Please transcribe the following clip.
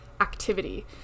activity